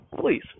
please